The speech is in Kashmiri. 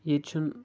ییٚتہِ چھُنہٕ